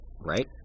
Right